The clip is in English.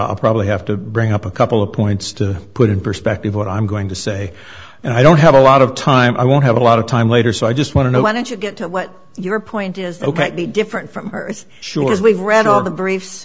i'll probably have to bring up a couple of points to put in perspective what i'm going to say and i don't have a lot of time i won't have a lot of time later so i just want to know why don't you get to what your point is ok to be different from sure we've read all the br